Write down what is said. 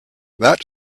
that